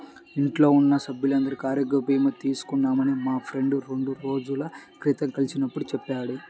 ఇంట్లో ఉన్న సభ్యులందరికీ ఆరోగ్య భీమా తీసుకున్నానని మా ఫ్రెండు రెండు రోజుల క్రితం కలిసినప్పుడు చెప్పాడు